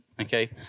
Okay